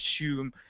assume